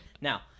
Now